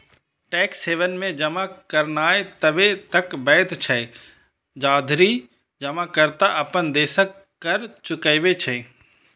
tax haven मे जमा करनाय तबे तक वैध छै, जाधरि जमाकर्ता अपन देशक कर चुकबै छै